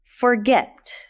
Forget